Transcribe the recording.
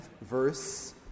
verse